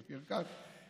אופיר כץ.